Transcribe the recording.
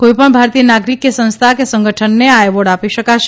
કોઇપણ ભારતીય નાગરિક કે સંસ્થા કે સંગઠનને આ એવોર્ડ આપી શકાશે